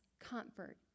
comfort